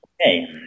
Okay